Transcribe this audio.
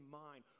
mind